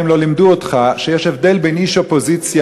האם לא לימדו אותך שיש הבדל בין איש אופוזיציה